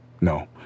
No